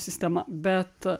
sistema bet